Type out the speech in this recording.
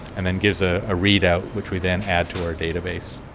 and then gives a ah readout which we then add to our database.